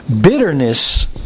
Bitterness